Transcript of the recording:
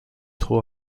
trop